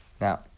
Now